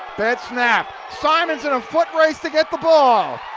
bad snap, simmons in a foot race to get the ball.